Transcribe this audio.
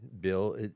Bill